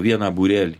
vieną būrelį